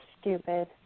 stupid